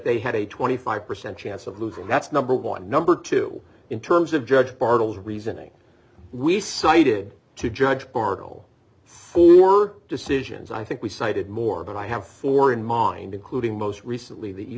they had a twenty five percent chance of losing that's number one number two in terms of judge bartels reasoning we cited to judge oracle for decisions i think we cited more but i have four in mind including most recently that you